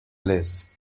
place